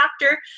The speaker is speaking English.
doctor